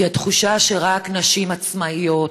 כי התחושה שרק נשים עצמאיות,